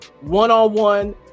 one-on-one